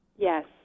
Yes